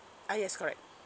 ah yes correct